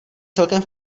celkem